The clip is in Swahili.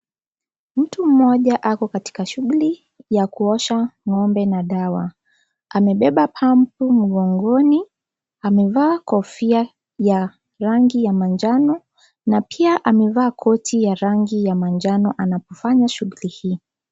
Mtu mmoja ako katika shughuli ya kuosha ng'ombe na dawa amebeba pampu mgongoni, amevaa kofia ya rangi ya manjano na pia amevaa koti ya rangi ya manjano anapofanya shughuli hii.